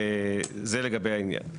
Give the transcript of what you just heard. זה לגבי העניין.